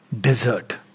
desert